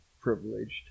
privileged